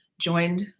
Joined